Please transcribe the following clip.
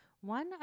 One